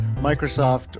Microsoft